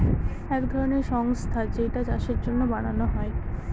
এক ধরনের সংস্থা যেইটা চাষের জন্য বানানো হয়